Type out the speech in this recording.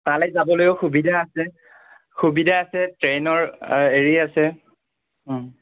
তালৈ যাবলৈয়ো সুবিধা আছে সুবিধা আছে ট্ৰেইনৰ হেৰি আছে